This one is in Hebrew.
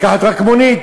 לקחת רק מונית?